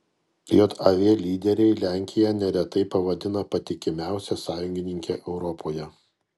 jav lyderiai lenkiją neretai pavadina patikimiausia sąjungininke europoje